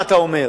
מה אתה אומר?